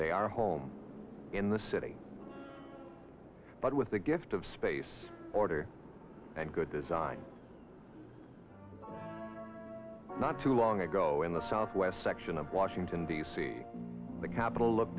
they are home in the city but with the gift of space order and good design not too long ago in the southwest section of washington d c the capital of